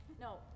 No